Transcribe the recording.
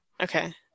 Okay